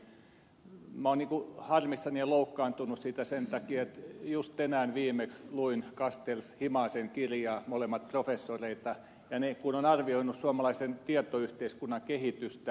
minä olen harmissani ja loukkaantunut siitä sen takia kun juuri tänään viimeksi luin castellsinhimasen kirjaa molemmat professoreita ja he ovat arvioineet suomalaisen tietoyhteiskunnan kehitystä